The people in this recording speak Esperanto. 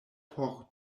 por